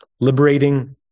liberating